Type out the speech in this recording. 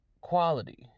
quality